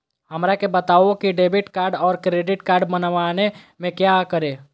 हमरा के बताओ की डेबिट कार्ड और क्रेडिट कार्ड बनवाने में क्या करें?